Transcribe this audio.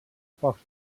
pocs